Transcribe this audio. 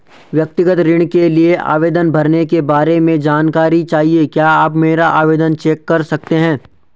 व्यक्तिगत ऋण के लिए आवेदन भरने के बारे में जानकारी चाहिए क्या आप मेरा आवेदन चेक कर सकते हैं?